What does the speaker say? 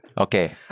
Okay